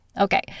okay